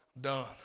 Done